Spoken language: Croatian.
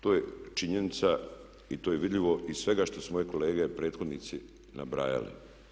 To je činjenica i to je vidljivo iz svega što su moje kolege prethodnici nabrajali.